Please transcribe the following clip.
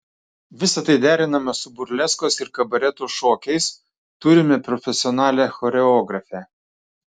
visa tai derinama su burleskos ir kabareto šokiais turime profesionalią choreografę